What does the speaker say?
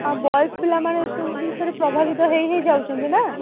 ଆଉ ବଏଜ୍ ପିଲାମାନେ ଏସବୁ ଜିନିଷରେ ପ୍ରଭାବିତ ହେଇ ହେଇ ଯାଉଛନ୍ତି ନା